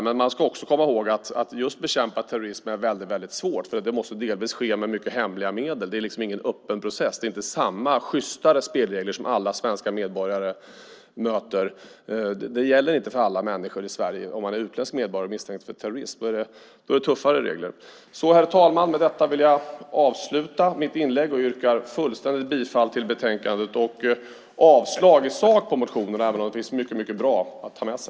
Men man ska också komma ihåg att det är väldigt svårt att bekämpa just terrorism, för det måste delvis ske med mycket hemliga medel. Det är liksom ingen öppen process. Det är inte samma sjystare spelregler som alla svenska medborgare möter. Det gäller inte för alla människor i Sverige. Om man är utländsk medborgare och är misstänkt för terrorism är det tuffare regler. Herr talman! Med detta vill jag avsluta mitt inlägg och yrkar fullständigt bifall till förslaget i betänkandet och avslag i sak på motionerna, även om det finns mycket bra att ta med sig.